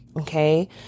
Okay